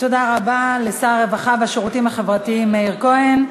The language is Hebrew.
תודה רבה לשר הרווחה והשירותים החברתיים מאיר כהן.